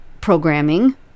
programming